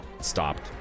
stopped